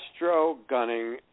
astrogunning